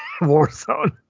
Warzone